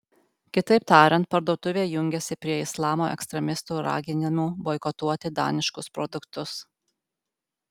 kitaip tariant parduotuvė jungiasi prie islamo ekstremistų raginimų boikotuoti daniškus produktus